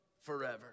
forever